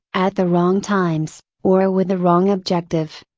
at the wrong times, or with the wrong objective.